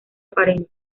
aparente